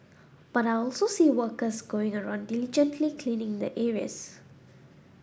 but I also see workers going around diligently cleaning the areas